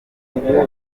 kwitiranya